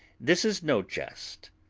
this is no jest,